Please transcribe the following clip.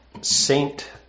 saint